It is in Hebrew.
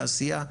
תעשייה,